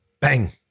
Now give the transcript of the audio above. Bang